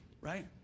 right